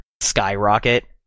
skyrocket